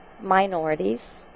minorities